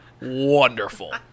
wonderful